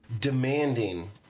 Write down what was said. demanding